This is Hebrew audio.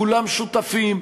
כולם שותפים,